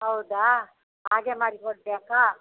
ಹೌದಾ ಹಾಗೆ ಮಾಡಿಕೊಡಬೇಕಾ